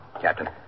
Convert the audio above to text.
Captain